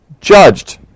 judged